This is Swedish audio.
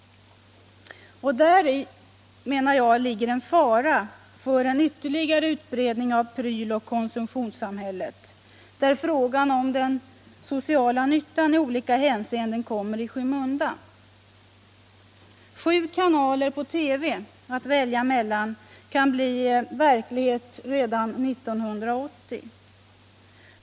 Däri ligger en fara för ytterligare utbredning av pryloch | konsumtionssamhället, där frågan om den sociala nyttan i olika hän ' seenden kommer i skymundan. Sju kanaler på TV att välja mellan kan bli verklighet redan 1980.